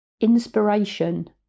inspiration